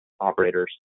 operators